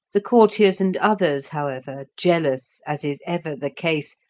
the courtiers and others, however, jealous, as is ever the case,